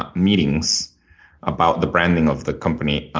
um meetings about the branding of the company,